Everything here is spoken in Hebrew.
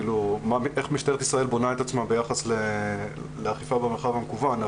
איך משטרת ישראל בונה את עצמה ביחס לאכיפה במרחב המקוון.